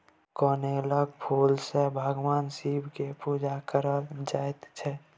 कनेलक फुल सँ भगबान शिब केर पुजा कएल जाइत छै